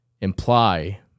imply